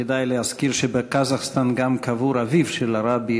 כדאי להזכיר שבקזחסטן גם קבור אביו של הרבי,